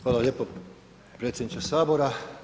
Hvala lijepo predsjedniče Sabora.